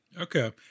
Okay